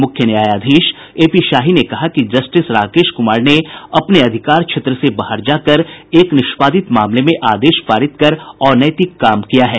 मुख्य न्यायाधीश एपी शाही ने कहा कि जस्टिस राकेश कुमार ने अपने अधिकार क्षेत्र से बाहर जाकर एक निष्पादित मामले में आदेश पारित कर अनैतिक कार्य किया है